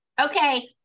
Okay